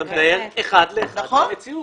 אתה מדייק אחד לאחד במציאות.